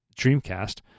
Dreamcast